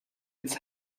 its